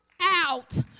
out